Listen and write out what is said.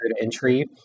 entry